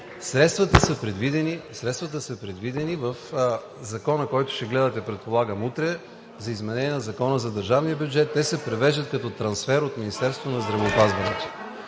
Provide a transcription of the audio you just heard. Средствата са предвидени в Закона, който ще гледате предполагам утре, за изменение на Закона за държавния бюджет. Те се превеждат като трансфер от Министерството на здравеопазването.